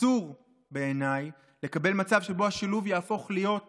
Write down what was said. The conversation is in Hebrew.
אסור בעיניי לקבל מצב שבו השילוב יהפוך להיות פריבילגיה,